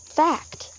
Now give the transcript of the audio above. fact